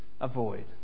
avoid